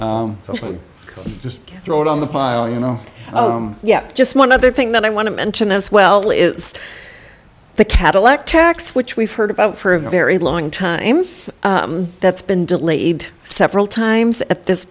news just throw it on the pile you know oh yeah just one other thing that i want to mention as well is the cadillac tax which we've heard about for a very long time that's been delayed several times at this